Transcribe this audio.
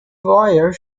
wires